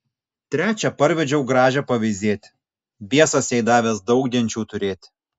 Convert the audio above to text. trečią parvedžiau gražią paveizėti biesas jai davęs daug genčių turėti